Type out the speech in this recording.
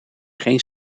geen